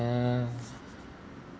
uh